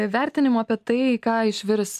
vertinimų apie tai į ką išvirs